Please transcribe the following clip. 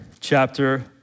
chapter